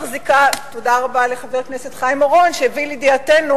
תודה רבה לחבר הכנסת חיים אורון שהביא לידיעתנו